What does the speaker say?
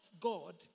God